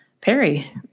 Perry